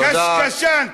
קשקשן.